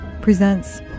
presents